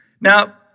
Now